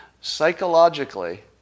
Psychologically